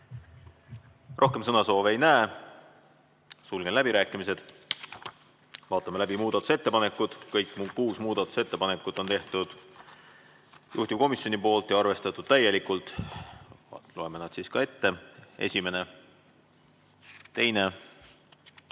Rohkem sõnasoove ei näe. Sulgen läbirääkimised. Vaatame läbi muudatusettepanekud. Kõik kuus muudatusettepanekut on teinud juhtivkomisjon ja on arvestatud täielikult. Loeme nad siis ka ette: esimene, teine,